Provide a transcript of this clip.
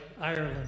Ireland